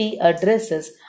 addresses